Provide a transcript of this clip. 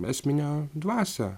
esminę dvasią